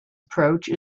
approach